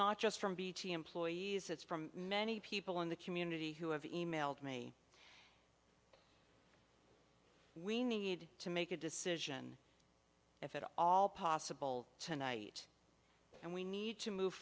not just from bt employees it's from many people in the community who have e mailed me we need to make a decision if at all possible tonight and we need to move